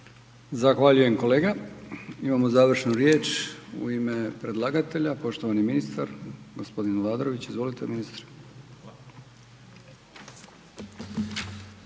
Zahvaljujem kolega. Imamo završnu riječ u ime predlagatelja, poštovani ministar g. Aladrović. Izvolite ministre.